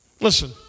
Listen